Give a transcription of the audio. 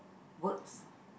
works